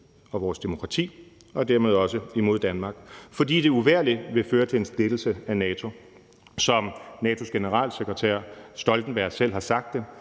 og vores demokrati og dermed også imod Danmark, fordi det uvægerlig vil føre til en splittelse af NATO, som NATO's generalsekretær, Stoltenberg, selv har sagt det.